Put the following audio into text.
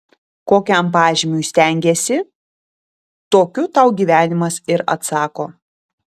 kokiam pažymiui stengiesi tokiu tau gyvenimas ir atsako